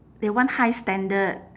they want high standard